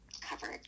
covered